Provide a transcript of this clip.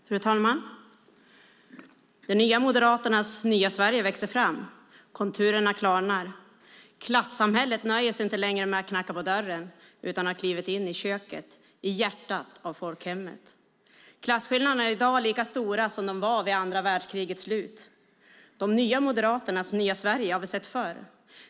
Fru talman! Nya Moderaternas Nya Sverige växer fram, konturerna klarnar. Klassamhället nöjer sig inte längre med att knacka på dörren utan har klivit in i köket, i hjärtat av folkhemmet. Klasskillnaderna är i dag lika stora som de var vid andra världskrigets slut. Nya Moderaternas Nya Sverige har vi sett förr.